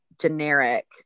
generic